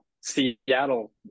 Seattle